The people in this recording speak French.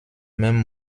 même